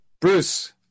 Bruce